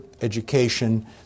education